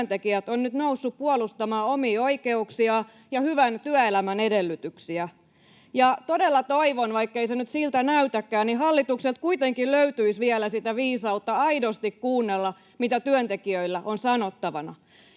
ovat nyt nousseet puolustamaan omia oikeuksiaan ja hyvän työelämän edellytyksiä. Todella toivon, vaikkei se nyt siltä näytäkään, että hallitukselta kuitenkin löytyisi vielä sitä viisautta aidosti kuunnella, mitä työntekijöillä on sanottavana.